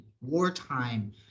wartime